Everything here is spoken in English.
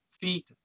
feet